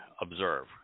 observe